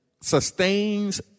sustains